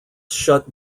shut